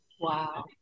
Wow